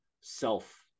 self